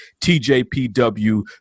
TJPW